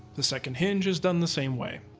the second hinge is done the same way.